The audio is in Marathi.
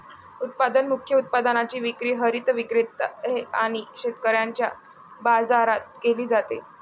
उत्पादन मुख्य उत्पादनाची विक्री हरित विक्रेते आणि शेतकऱ्यांच्या बाजारात केली जाते